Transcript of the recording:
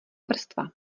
vrstva